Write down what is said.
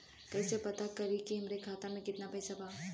कइसे पता करि कि हमरे खाता मे कितना पैसा बा?